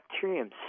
bacterium